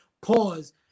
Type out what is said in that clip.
pause